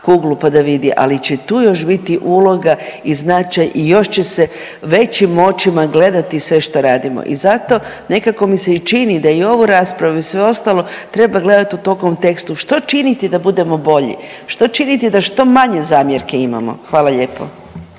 kuglu pa da vidi, ali će tu još biti uloga i značaj i još će se većim očima gledati sve što radimo. I zato nekako mi se i čini da i ovu raspravu i sve ostalo treba gledati u tom kontekstu što činiti da budemo bolji, što činiti da što manje zamjerki imamo. Hvala lijepo.